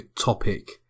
topic